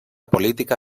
política